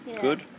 Good